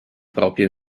propria